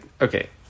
Okay